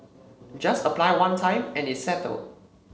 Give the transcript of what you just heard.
just apply one time and it's settled